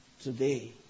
today